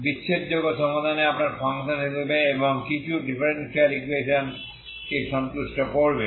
বিচ্ছেদযোগ্য সমাধানে আপনার ফাংশন হিসাবে এবং কিছু ডিফারেনশিয়াল ইকুয়েশনকে সন্তুষ্ট করবে